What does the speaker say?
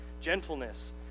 gentleness